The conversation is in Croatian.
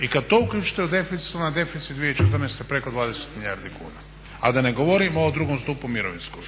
i kad to uključite u deficit onda deficit 2014. preko 20 milijardi kuna. A da ne govorim o drugom stupu mirovinskog.